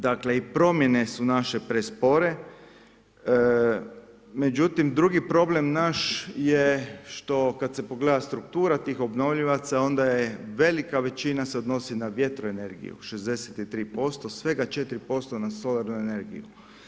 Dakle, i promjene su naše prespore, međutim, drugi problem naš je što kada se pogleda struktura tih obnovljivima, onda je velika većina se odnosi na vjetroenergiju, 63% svega 4% na solarnu energiju.